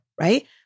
Right